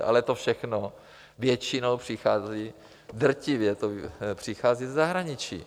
Ale to všechno většinou přichází, drtivě to přichází ze zahraničí.